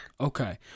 Okay